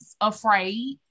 afraid